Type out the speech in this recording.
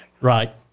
Right